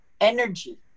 energy